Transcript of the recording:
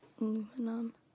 Aluminum